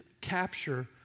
capture